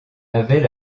avait